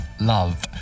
love